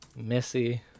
missy